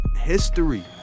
history